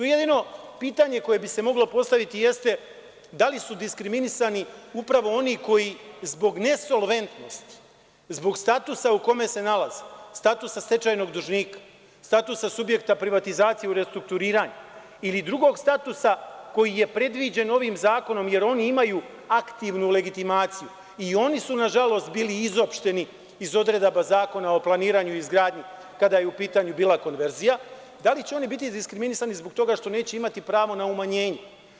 Jedino pitanje koje bi se tu moglo postaviti jeste – da li su diskriminisani upravo oni koji zbog nesolventnosti, zbog statusa u kome se nalazi, statusa stečajnog dužnika, statusa subjekta privatizacije u restrukturiranju ili drugog statusa koji je predviđen ovim zakonom, jer oni imaju aktivnu legitimaciju, i oni su, nažalost, bili izopšteni iz odredbi Zakona o planiranju i izgradnji, kada je u pitanju bila konverzija, da li će oni biti diskriminisani zbog toga što neće imati pravo na umanjenje?